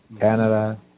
Canada